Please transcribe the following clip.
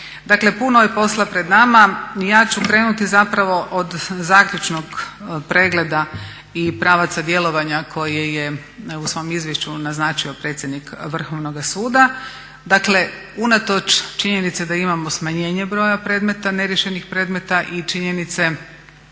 Dakle puno je posla pred nama i ja ću krenuti zapravo od zaključnog pregleda i pravaca djelovanja koje je u svom izvješću naznačio predsjednik Vrhovnoga suda. Dakle unatoč činjenici da imamo smanjenje broja predmeta, neriješenih predmeta i činjenice